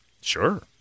Sure